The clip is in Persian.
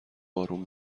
بارون